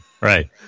Right